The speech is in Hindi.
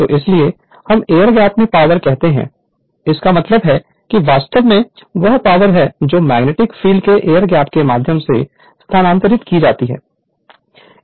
तो इसलिए हम एयर गैप में पावर कहते हैं इसका मतलब है कि वास्तव में वह पावर है जो मैग्नेटिक फील्ड के एयर गैप के माध्यम से स्थानांतरित की जाती है